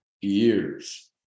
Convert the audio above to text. years